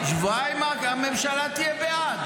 שבועיים, הממשלה תהיה בעד.